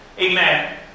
amen